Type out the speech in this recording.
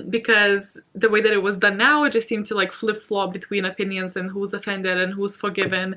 because the way that it was done now, it just seemed to like flip-flop between opinions and who's offended and who's forgiven